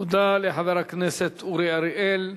תודה לחבר הכנסת אורי אריאל.